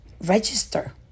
register